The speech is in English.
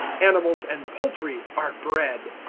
animals and poultry are bred.